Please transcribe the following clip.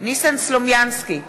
ניסן סלומינסקי,